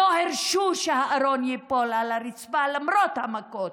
ולא הרשו שהארון ייפול על הרצפה למרות המכות.